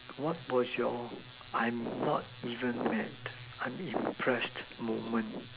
what was your I'm not even mad unimpressed moment